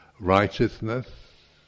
righteousness